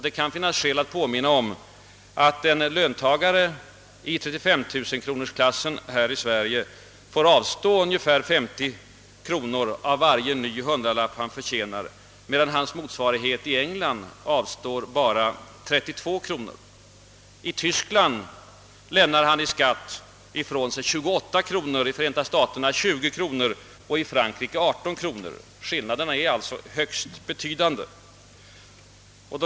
Det kan finnas skäl att påminna om att en löntagare i 395 000-kronorsklassen här i Sverige får avstå ungefär 50 kronor av varje hundralapp han förtjänar, medan hans motsvarighet i England avstår bara 32 kronor. I Tyskland lämnar han i skatt ifrån sig 28 kronor, i Förenta staterna 20 kronor och i Frankrike 18 kronor. Skillnaden är alltså högst betydande.